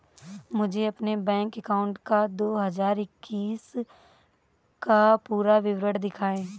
मुझे अपने bank account का दो हज़ार इक्कीस का पूरा विवरण दिखाएँ?